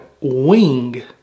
wing